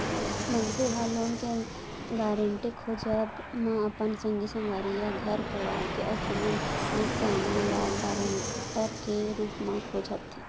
मनसे ह लोन के गारेंटर खोजब म अपन संगी संगवारी या घर परवार के अउ कोनो नत सैना ल गारंटर के रुप म खोजथे